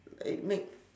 like mac